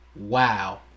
Wow